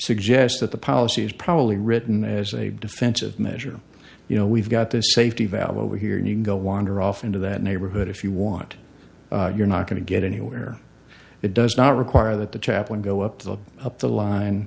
suggest that the policy is probably written as a defensive measure you know we've got this safety valve over here and you can go wander off into that neighborhood if you want you're not going to get anywhere it does not require that the chaplain go up the up the line